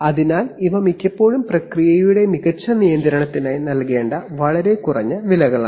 അതിനാൽ ഇവ മിക്കപ്പോഴും പ്രക്രിയയുടെ മികച്ച നിയന്ത്രണത്തിനായി നൽകേണ്ട വളരെ കുറഞ്ഞ വിലകളാണ്